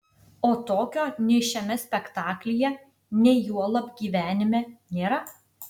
o tokio nei šiame spektaklyje nei juolab gyvenime nėra